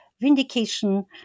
vindication